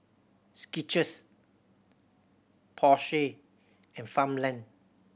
Skechers Porsche and Farmland